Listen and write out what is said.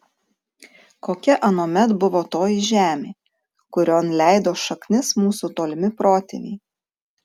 kokia anuomet buvo toji žemė kurion leido šaknis mūsų tolimi protėviai